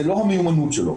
זה לא המיומנות שלו.